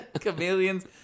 Chameleons